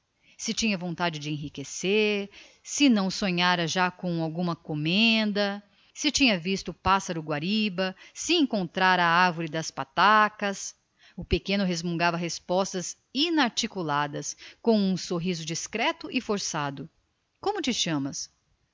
se tinha vontade de enriquecer se não sonhava já com uma comenda se tinha visto o pássaro guariba se encontrara a árvore das patacas o pequeno mastigava respostas inarticuladas com um sorriso aflito como te chamas